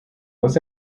was